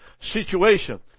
situation